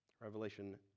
Revelation